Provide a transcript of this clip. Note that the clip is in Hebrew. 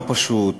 לא פשוט,